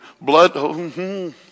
blood